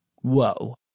Whoa